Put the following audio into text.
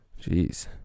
Jeez